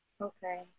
Okay